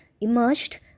emerged